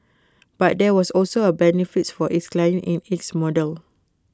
but there was also A benefit for its clients in this model